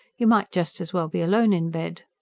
you might just as well be alone in bed.